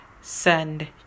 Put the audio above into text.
send